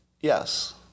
yes